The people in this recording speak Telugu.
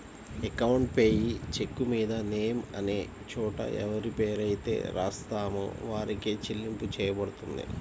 అకౌంట్ పేయీ చెక్కుమీద నేమ్ అనే చోట ఎవరిపేరైతే రాత్తామో వారికే చెల్లింపు చెయ్యబడుతుంది